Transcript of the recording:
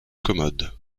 commode